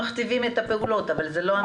מכתיבים את הפעולות אבל זה לא המצב.